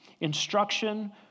instruction